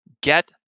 get